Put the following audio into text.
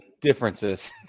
differences